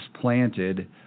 planted